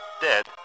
dead